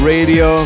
Radio